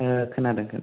ए खोनादों